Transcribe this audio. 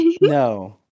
No